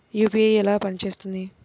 UPI ఎలా పనిచేస్తుంది?